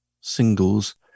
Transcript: singles